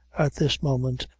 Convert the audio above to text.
at this moment,